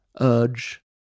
urge